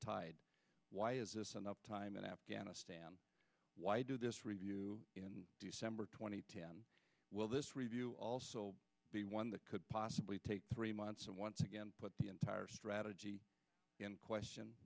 tide why is this enough time in afghanistan why do this review in december two thousand and ten will this review also be one that could possibly take three months and once again put the entire strategy in question